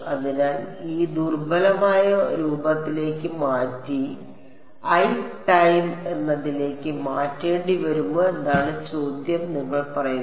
അതിനാൽ ഇത് ദുർബലമായ രൂപത്തിലേക്ക് മാറ്റി ഐ ടൈം എന്നതിലേക്ക് മാറ്റേണ്ടിവരുമോ എന്നതാണ് ചോദ്യം നിങ്ങൾ പറയുന്നത്